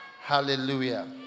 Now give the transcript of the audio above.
Hallelujah